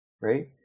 right